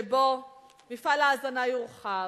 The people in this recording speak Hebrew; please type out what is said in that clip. שבו מפעל ההזנה יורחב,